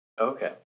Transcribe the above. Okay